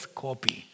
copy